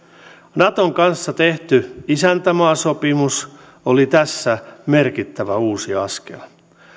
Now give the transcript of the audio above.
naton kanssa tehty isäntämaasopimus oli tässä merkittävä uusi askel